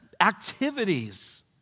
activities